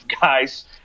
guys